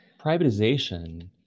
privatization